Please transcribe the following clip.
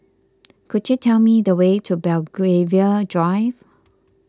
could you tell me the way to Belgravia Drive